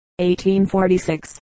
1846